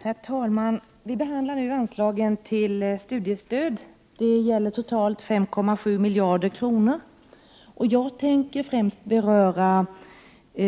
Herr talman! Vi behandlar nu anslagen till studiestöd, totalt 5,7 miljarder kronor. Jag tänker främst beröra frågorna